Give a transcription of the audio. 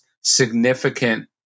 significant